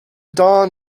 dawn